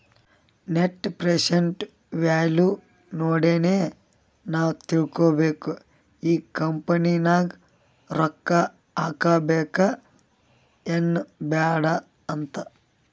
net present value ನೋಡಿನೆ ನಾವ್ ತಿಳ್ಕೋಬೇಕು ಈ ಕಂಪನಿ ನಾಗ್ ರೊಕ್ಕಾ ಹಾಕಬೇಕ ಎನ್ ಬ್ಯಾಡ್ ಅಂತ್